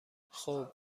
خوب